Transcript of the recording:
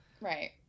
Right